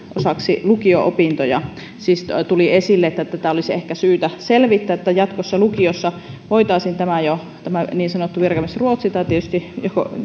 osaksi lukio opintoja siis tuli esille että että olisi ehkä syytä selvittää sitä että jatkossa lukiossa voitaisiin tämä niin sanottu virkamiesruotsi tai tietysti